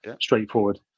straightforward